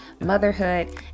motherhood